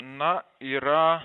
na yra